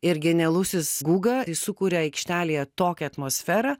ir genialusis gūga jis sukuria aikštelėje tokią atmosferą